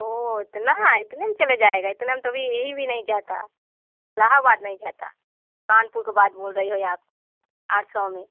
ओ इतना इतने में चले जाएगा इतने में तो अभी यही भी नहीं जाता इलाहाबाद नहीं जाता कानपुर का बात बोल रही हो आप आठ सौ में